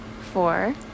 four